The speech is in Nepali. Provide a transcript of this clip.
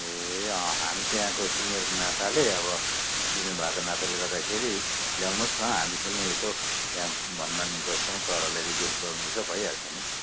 ए हामी त्यहाँको सिनियरको नाताले अब स्टुडेन्ट भएको नाताले गर्दाखेरि ल्याउनु होस् न हामी पनि यसो त्यहाँ भन भान गर्छौँ सरहरूलाई रिक्वेस्ट गर्नु पर्छ भइहाल्छ नि